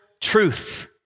truth